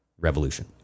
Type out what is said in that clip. revolution